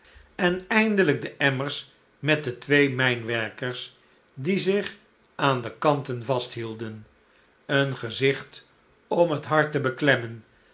en eindelijk de emmer met de twee mijnwerkers die zich aan de kanten vasthielden een gezicht om het hart te beklemmen